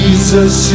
Jesus